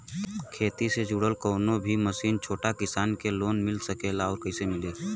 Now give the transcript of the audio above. खेती से जुड़ल कौन भी मशीन छोटा किसान के लोन मिल सकेला और कइसे मिली?